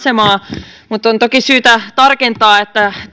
asemaa mutta on toki syytä tarkentaa että